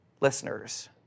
listeners